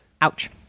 Ouch